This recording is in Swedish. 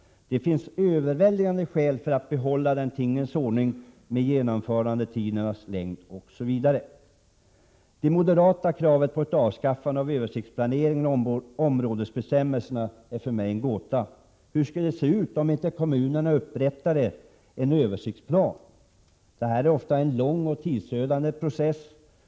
Det finns överväldigande skäl för att behålla tingens nuvarande ordning beträffande genomförandetidernas längd osv. Det moderata kravet på ett avskaffande av översiktsplaneringen och områdesbestämmelserna är för mig en gåta. Hur skulle det se ut om inte kommunerna upprättade en översiktsplan? Det här är ofta fråga om en lång och tidsödande process.